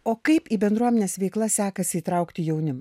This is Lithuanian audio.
o kaip į bendruomenes veiklas sekasi įtraukti jaunimą